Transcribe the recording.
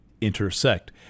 intersect